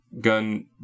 gun